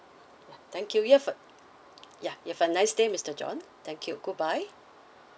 thank you you have a ya you have a nice day mister john thank you goodbye